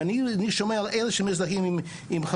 ואני שומע על אלה שמזדהים עם חמאס.